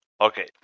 Okay